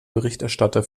berichterstatter